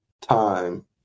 time